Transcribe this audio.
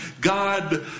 God